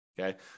Okay